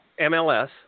MLS